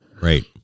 Right